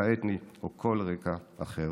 מוצא אתני או כל רקע אחר.